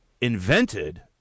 invented